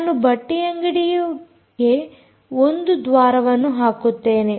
ನಾನು ಬಟ್ಟೆಯಂಗಡಿಗೆ ಒಂದು ದ್ವಾರವನ್ನು ಹಾಕುತ್ತೇನೆ